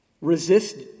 Resist